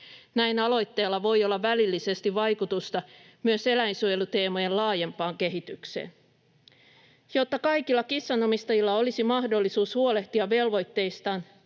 Näin aloitteella voi olla välillisesti vaikutusta myös eläinsuojeluteemojen laajempaan kehitykseen. Jotta kaikilla kissanomistajilla olisi mahdollisuus huolehtia velvoitteistaan,